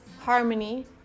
Harmony